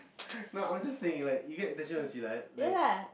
now I was just saying like you get attention from Silat like